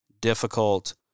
difficult